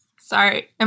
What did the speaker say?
Sorry